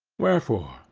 wherefore,